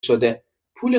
شده، پول